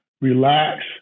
relax